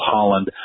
Holland